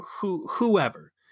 whoever